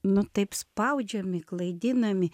nu taip spaudžiami klaidinami